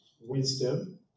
wisdom